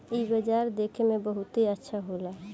इ बाजार देखे में बहुते अच्छा होला